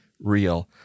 real